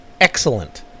excellent